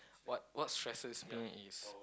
what what stresses me is